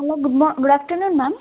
hello good ma good afternoon ma'am